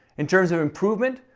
in terms of improvement,